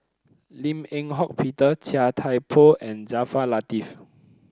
Lim Eng Hock Peter Chia Thye Poh and Jaafar Latiff